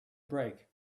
break